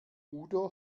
udo